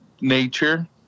nature